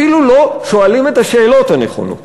אפילו לא שואלים את השאלות הנכונות,